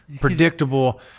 predictable